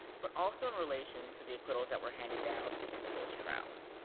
but also in relation to the acquittals that were handed down at the end of those trials,